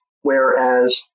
whereas